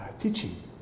teaching